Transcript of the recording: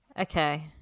okay